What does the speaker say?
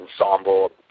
ensemble